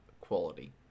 quality